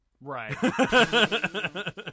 Right